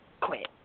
quit